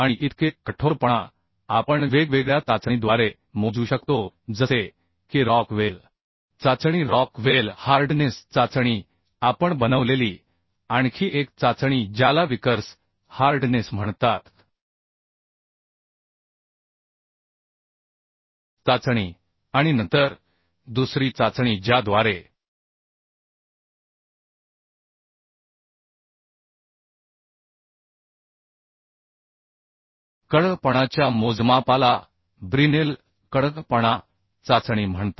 hardness आपण वेगवेगळ्या चाचणीद्वारे मोजू शकतो जसे की रॉक वेल चाचणी रॉक वेल हार्डनेस चाचणी आपण बनवलेली आणखी एक चाचणी ज्याला विकर्स हार्डनेस चाचणी म्हणतात आणि नंतर दुसरी चाचणी ज्याद्वारे हार्डनेसच्या मोजमापाला ब्रिनेल हार्डनेस चाचणी म्हणतात